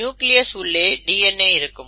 nucleus உள்ளே DNA இருக்கும்